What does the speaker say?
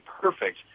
perfect